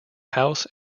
house